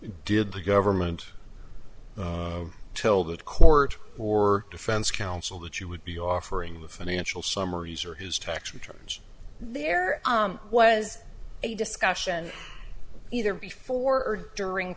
did the government no till that court or defense counsel that you would be offering the financial summaries or his tax returns there was a discussion either before or during